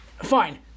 Fine